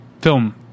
film